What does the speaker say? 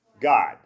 God